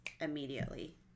immediately